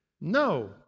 no